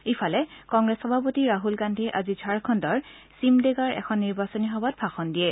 ইফালে কংগ্ৰেছ সভাপতি ৰাহুল গান্ধীয়ে আজি ঝাৰখণ্ডৰ চিমদেগাৰ এখন নিৰ্বাচনী সভাত ভাষণ দিয়ে